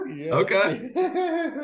Okay